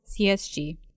CSG